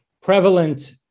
prevalent